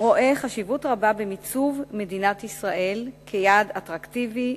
רואה חשיבות רבה במיצוב מדינת ישראל כיעד אטרקטיבי,